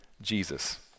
Jesus